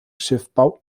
schiffbau